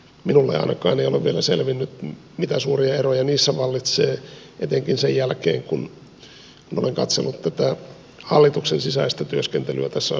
minulle ainakaan ei ole vielä selvinnyt mitä suuria eroja niissä vallitsee etenkään sen jälkeen kun olen katsellut tätä hallituksen sisäistä työskentelyä tässä asiassa viime aikoina